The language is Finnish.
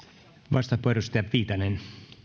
arvoisa herra